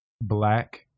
Black